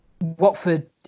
Watford